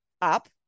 up